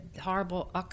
horrible